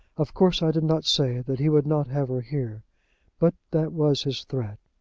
of course i did not say that he would not have her here but that was his threat.